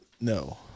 no